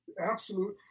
absolute